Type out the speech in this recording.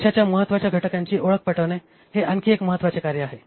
यशाच्या महत्त्वाच्या घटकांची ओळख पटवणे हे आणखी एक महत्त्वाचे कार्य आहे